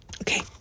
okay